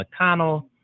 McConnell